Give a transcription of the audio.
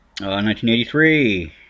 1983